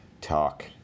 talk